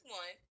one